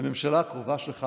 הממשלה הקרובה שלך